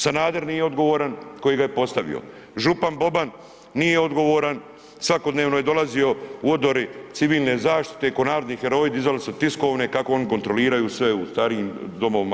Sanader nije odgovoran koji ga je postavio, župan Boban nije odgovoran svakodnevno je dolazio u odori civilne zaštite, ko narodni heroji dizali su tiskovne kako oni kontroliraju sve u starijim domovima.